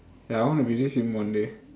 ya I want to visit him one day